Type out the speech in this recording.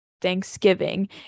Thanksgiving